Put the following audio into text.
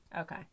Okay